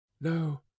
No